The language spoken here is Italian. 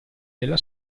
della